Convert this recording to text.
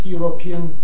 European